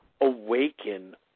awaken